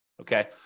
Okay